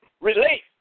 relate